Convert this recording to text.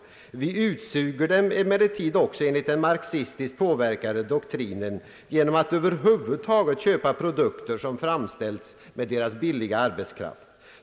Vi utsuger dem «emellertid också, enligt den marxistiskt påverkade doktrinen, genom att över huvud taget köpa produkter som framställts med deras billiga arbetskraft.